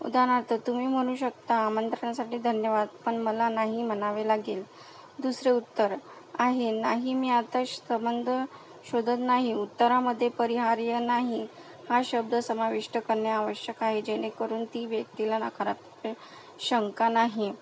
उदाहरणार्थ तुम्ही म्हणू शकता आमंत्रणासाठी धन्यवाद पण मला नाही म्हणावे लागेल दुसरे उत्तर आहे नाही मी आत्ता श संबंध शोधत नाही उत्तरामध्ये परिहार्य नाही हा शब्द समाविष्ट करणे आवश्यक आहे जेणेकरून त्या व्यक्तीला नकाराब शंका नाही